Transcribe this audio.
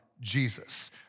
Jesus